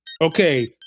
Okay